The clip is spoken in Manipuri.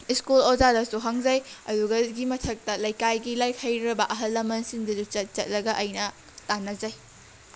ꯁ꯭ꯀꯨꯜ ꯑꯣꯖꯥꯗꯁꯨ ꯍꯪꯖꯩ ꯑꯗꯨꯒꯒꯤ ꯃꯊꯛꯇ ꯂꯩꯀꯥꯏꯒꯤ ꯂꯥꯏꯔꯤꯛ ꯍꯩꯈ꯭ꯔꯕ ꯑꯍꯜ ꯂꯃꯟꯁꯤꯡꯗꯁꯨ ꯆꯠ ꯆꯠꯂꯒ ꯑꯩꯅ ꯇꯥꯟꯅꯖꯩ